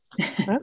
Okay